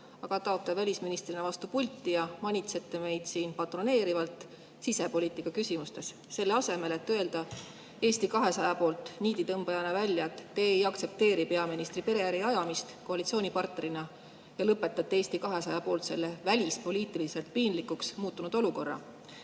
aga taote välisministrina vastu pulti ja manitsete meid siin patroneerivalt sisepoliitika küsimustes, selle asemel et öelda Eesti 200 nimel niiditõmbajana välja, et te ei aktsepteeri peaministri pereäri ajamist koalitsioonipartnerina ja lõpetate Eesti 200 poolt selle välispoliitiliselt piinlikuks muutunud olukorra.